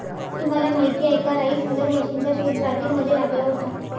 तुम्हाला माहीत आहे का राइस हलर मशीनचा शोध ब्राझील मध्ये लागला होता